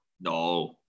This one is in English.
No